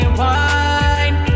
wine